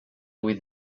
with